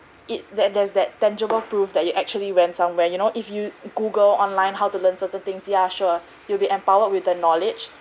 it that there's that tangible proof that you actually went somewhere you know if you google online how to learn certain things ya sure you'll be empowered with the knowledge